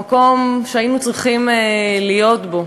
במקום שהיינו צריכים להיות בו.